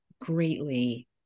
greatly